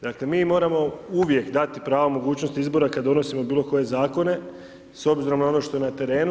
Dakle, mi moramo uvijek dati pravu mogućnost izbora kad donosimo bilo koje zakone, s obzirom na ono što je na terenu.